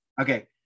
Okay